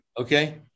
Okay